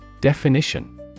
Definition